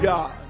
God